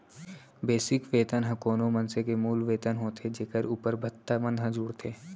basic वेतन ह कोनो मनसे के मूल वेतन होथे जेखर उप्पर भत्ता मन ह जुड़थे